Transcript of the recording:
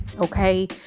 Okay